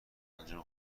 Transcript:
پنجم